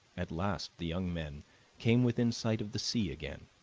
at last the young men came within sight of the sea again,